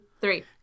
three